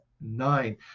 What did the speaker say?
nine